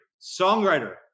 songwriter